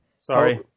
Sorry